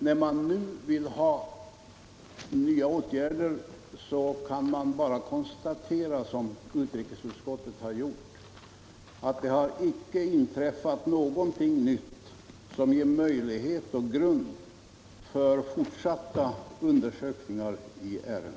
När nu nya åtgärder krävs kan man bara konstatera, vilket utrikesutskottet har gjort, att det inte har inträffat någonting nytt som ger möjlighet och grund för fortsatta undersökningar i ärendet.